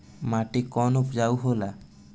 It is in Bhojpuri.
माटी कौन उपजाऊ होला?